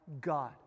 God